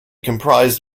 comprised